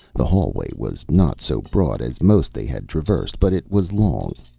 the hallway was not so broad as most they had traversed, but it was long.